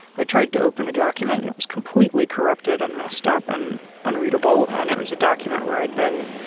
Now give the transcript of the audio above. i tried to open a document. and it was completely corrupted and messed up and unreadable, and it was a document where i'd been